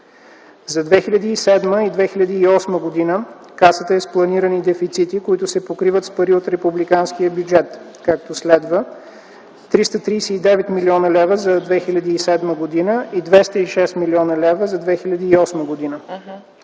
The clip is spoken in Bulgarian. За 2007 и 2008 г. Касата е с планирани дефицити, които се покриват с пари от републиканския бюджет, както следва: 339 млн. лв. за 2007 г. и 206 млн. лв. за 2008 г.